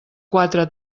quatre